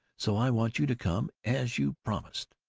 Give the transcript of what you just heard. so i want you to come, as you promised.